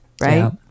right